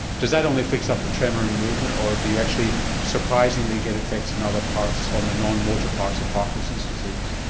does that only fix up the tremor and the movement or do you actually surprisingly get effects in other parts, on the non-motor parts of parkinson's disease?